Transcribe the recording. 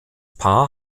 paar